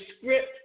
script